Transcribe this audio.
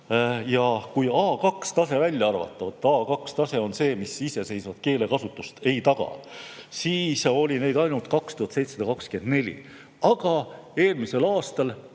Ja kui A2-tase välja arvata – A2-tase on see, mis iseseisvat keelekasutust ei taga –, siis oli neid ainult 2724. Aga eelmisel aastal